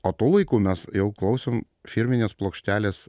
o tuo laiku mes jau klausom firminės plokštelės